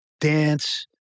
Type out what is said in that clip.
dance